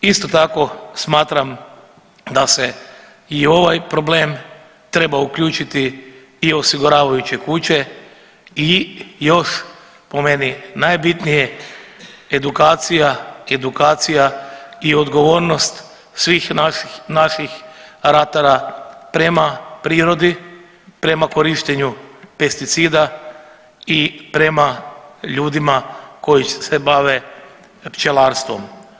Isto tako smatram da se i u ovaj problem treba uključiti i osiguravajuće kuće i još po meni najbitnije edukacija, edukacija i odgovornost svih naših ratara prema prirodi, prema korištenju pesticida i prema ljudima koji se bave pčelarstvom.